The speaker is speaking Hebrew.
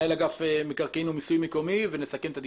מנהל אגף מקרקעין ומיסוי מקומי ואז נסכם את הדיון.